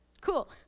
cool